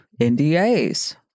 NDAs